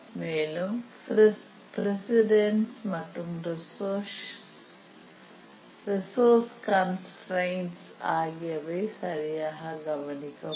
மேலும் பிரசிடெண்ஸ் மற்றும் resource constraints ஆகியவை சரியாக கவனிக்கப்படும்